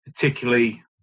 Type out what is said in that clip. particularly